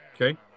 Okay